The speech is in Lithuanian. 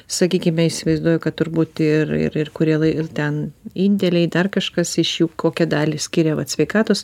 sakykime įsivaizduoju kad turbūt ir ir ir kurie ir ten indėliai dar kažkas iš jų kokią dalį skiria va sveikatos